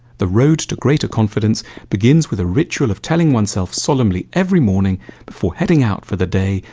the road to greater confidence begins with a ritual of telling oneself solemnly every morning before heading out for the day,